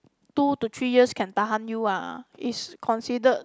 two to three years can tahan you ah is considered